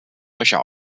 löcher